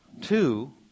Two